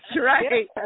right